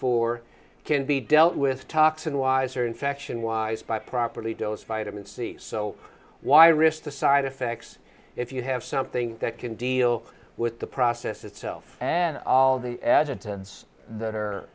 for can be dealt with toxin wise or infection wise by properly dose vitamin c so why risk the side effects if you have something that can deal with the process itself and all the added tens that